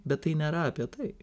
bet tai nėra apie tai